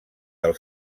del